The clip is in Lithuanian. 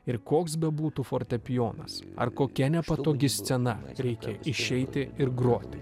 ir koks bebūtų fortepijonas ar kokia nepatogi scena reikia išeiti ir groti